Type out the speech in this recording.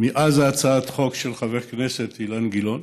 מאז הצעת החוק של חבר הכנסת אילן גלאון,